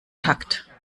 takt